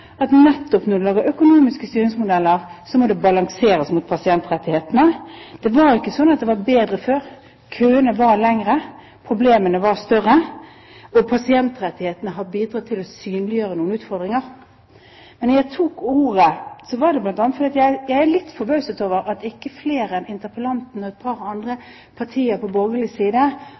at nettopp når du lager økonomiske styringsmodeller, må det balanseres mot pasientrettighetene. Det var ikke sånn at det var bedre før. Køene var lengre, problemene var større – og pasientrettighetene har bidratt til å synliggjøre noen utfordringer. Men når jeg tok ordet, var det bl.a. fordi jeg er litt forbauset over at ikke flere enn interpellanten og et par andre på borgerlig side